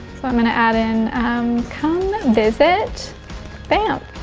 i'm gonna add in come visit banff!